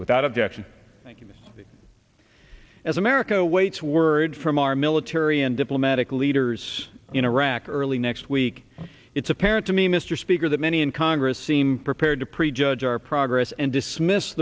without objection us as america waits word from our military and diplomatic leaders in iraq early next week it's apparent to me mr speaker that many in congress seem prepared to prejudge our progress and dismiss